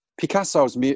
Picasso's